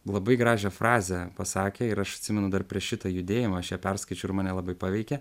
labai gražią frazę pasakė ir aš atsimenu dar prieš šitą judėjimą aš ją perskaičiau ir mane labai paveikė